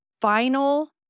final